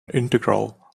integral